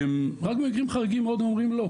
רק במקרים חריגים מאוד הם אומרים לא,